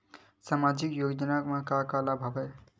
सामाजिक योजना के का का लाभ हवय?